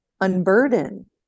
unburden